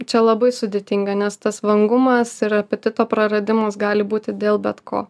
čia labai sudėtinga nes tas vangumas ir apetito praradimas gali būti dėl bet ko